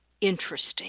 interesting